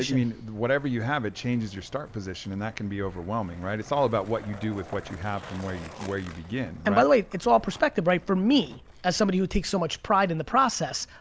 mean, whatever you have, it changes your start position. and that can be overwhelming, right? it's all about what you do with what you have from where you where you begin. and by the way, it's all perspective, right? for me, as somebody who takes so much pride in the process,